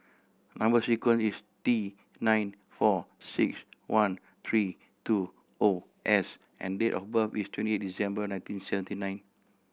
number sequence is T nine four six one three two O S and date of birth is twenty eight December nineteen seventy nine